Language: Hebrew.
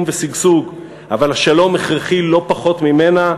ושגשוג אבל השלום הכרחי לא פחות ממנה,